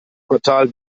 quartal